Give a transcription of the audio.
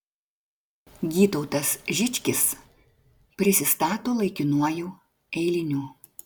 gytautas žičkis prisistato laikinuoju eiliniu